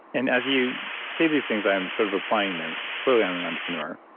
and as you say these things, i'm sort of applying them. clearly i'm an entrepreneur.